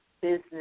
business